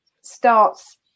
starts